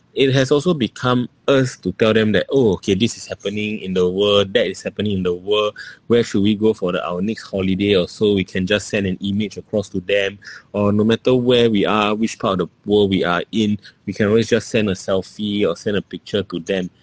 it has also become us to tell them that oh okay this is happening in the world that is happening the world where should we go for the our next holiday or so we can just send an image across to them or no matter where we are which part of where we are in we can always just send a selfie or send a picture to them